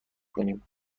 کنیم